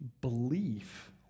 Belief